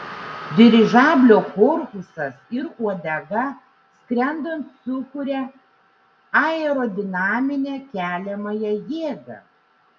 dirižablio korpusas ir uodega skrendant sukuria aerodinaminę keliamąją jėgą